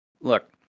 Look